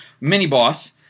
Mini-boss